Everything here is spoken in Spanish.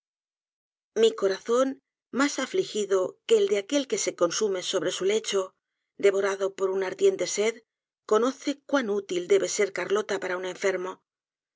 mi corazón mas afligido que el de aquel que se cottsumesobre su lecho devorado por una ardientesed ssnoce cuan útil debe de ser carlota para un enfermo